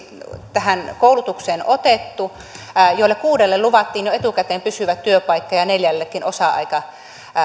tähän koulutukseen olisi otettu kymmenen ihmistä joista kuudelle luvattiin jo etukäteen pysyvä työpaikka ja ja neljällekin